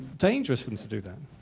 dangerous for them to do that,